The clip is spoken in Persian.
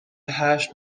هشت